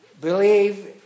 believe